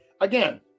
Again